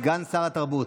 סגן שר התרבות.